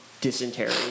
dysentery